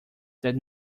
that